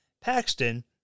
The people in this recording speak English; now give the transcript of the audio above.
Paxton